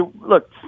look